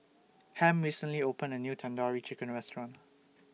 Ham recently opened A New Tandoori Chicken Restaurant